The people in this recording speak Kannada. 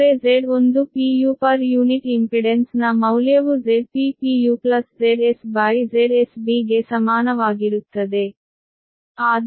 ಅಂದರೆ Z1 ಪರ್ ಯೂನಿಟ್ ಇಂಪಿಡೆನ್ಸ್ ನ ಮೌಲ್ಯವು Zp ZsZsB ಗೆ ಸಮಾನವಾಗಿರುತ್ತದೆ